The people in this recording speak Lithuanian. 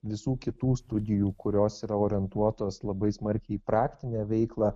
visų kitų studijų kurios yra orientuotos labai smarkiai į praktinę veiklą